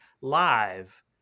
live